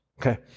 okay